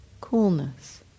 Coolness